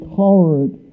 tolerant